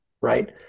right